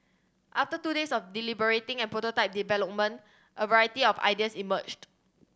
after two days of deliberating and prototype development a variety of ideas emerged